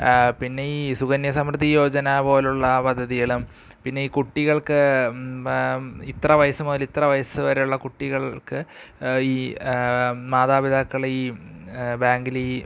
പിന്നെ ഈ സുകന്യ സമൃദ്ധി യോജന പോലെയുള്ള പദ്ധതികളും പിന്നെ ഈ കുട്ടികൾക്ക് ഇത്ര വയസ്സു മുതൽ ഇത്ര വയസ്സു വരെയുള്ള കുട്ടികൾക്ക് ഈ മാതാപിതാക്കളീ ബേങ്കിലീ